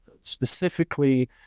Specifically